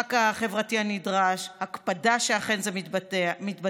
ולמרחק החברתי הנדרש והקפדה שאכן זה מתבצע,